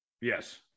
Yes